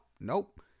nope